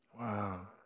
Wow